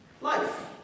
Life